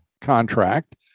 contract